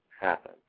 happen